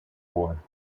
war